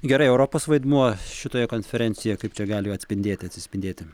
gerai europos vaidmuo šitoje konferencijoje kaip čia gali atspindėti atsispindėti